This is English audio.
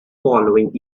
following